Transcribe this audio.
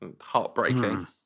heartbreaking